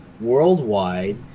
worldwide